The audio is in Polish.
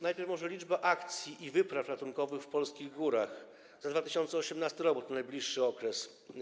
Najpierw może liczba akcji i wypraw ratunkowych w polskich górach za 2018 r., bo to najbliższy okres.